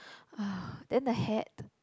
ah then the hat